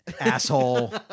Asshole